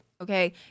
okay